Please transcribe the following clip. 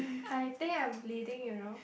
I think I'm bleeding you know